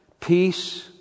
peace